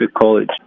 College